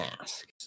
ask